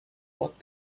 what